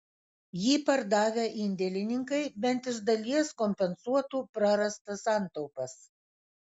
jį pardavę indėlininkai bent iš dalies kompensuotų prarastas santaupas